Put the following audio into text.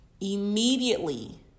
Immediately